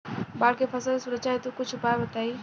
बाढ़ से फसल के सुरक्षा हेतु कुछ उपाय बताई?